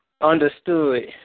understood